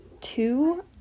two